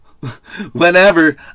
Whenever